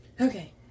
Okay